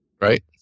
Right